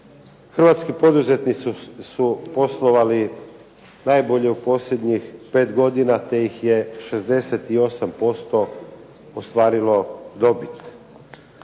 Hrvatski poduzetnici su poslovali najbolje u posljednjih 5 godina te ih je 68% ostvarilo dobit.